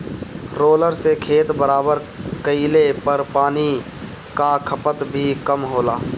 roller से खेत बराबर कइले पर पानी कअ खपत भी कम होला